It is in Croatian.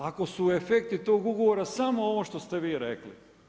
Ako su efekti tog ugovora, samo ono što ste vi rekli.